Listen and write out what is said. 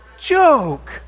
joke